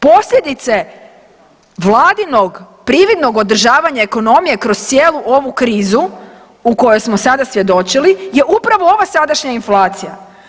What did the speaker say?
Posljedice vladinog prividnog održavanja ekonomije kroz cijelu ovu krizu u kojoj smo sada svjedočili je upravo ova sadašnja inflacija.